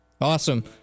Awesome